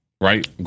right